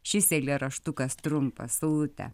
šis eilėraštukas trumpas saulute